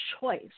choice